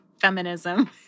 feminism